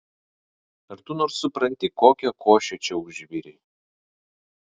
ar tu nors supranti kokią košę čia užvirei